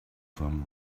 from